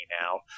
now